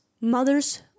mother's